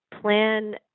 plan